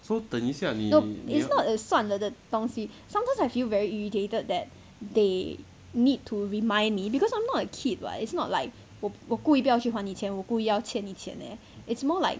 no it's not 算了的东西 sometimes I feel very irritated that they need to remind me because I'm not a kid right it's not like 我故意不要去还你钱我故意欠你钱 leh it's more like